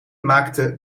maakte